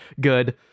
good